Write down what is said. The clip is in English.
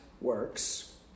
works